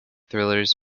thrillers